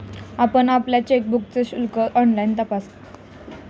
आपण आपल्या चेकबुकचे शुल्क ऑनलाइन तपासा